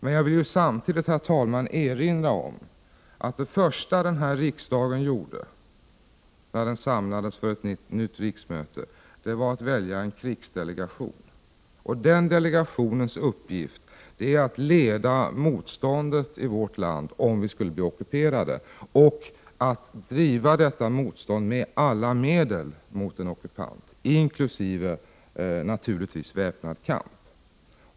Samtidigt vill jag, herr talman, erinra om att det första som den här riksdagen gjorde när den samlades för ett nytt riksmöte var att välja en krigsdelegation. Den delegationens uppgift är att leda motståndet i vårt land, om landet skulle bli ockuperat, och att göra motstånd med alla medel mot ockupanten, naturligtvis även genom väpnad kamp.